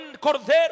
cordero